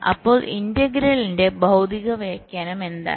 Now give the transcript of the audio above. അപ്പോൾ ഇന്റഗ്രലിന്റെ ഭൌതിക വ്യാഖ്യാനം എന്താണ്